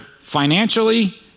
financially